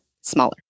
smaller